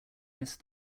missed